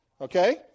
Okay